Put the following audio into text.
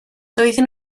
doedden